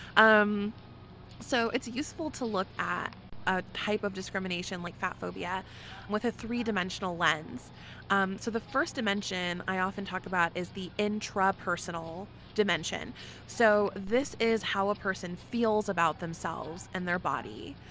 um so it's useful to look at a type of discrimination like fatphobia with a three-dimensional lens um so the first dimension i often talk about is the intrapersonal dimension so this is how a person feels about themselves and their body.